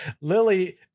Lily